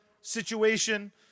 situation